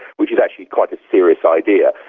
which is actually quite a serious idea.